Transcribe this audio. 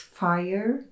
fire